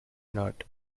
not